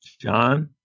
John